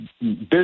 business